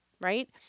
right